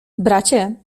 bracie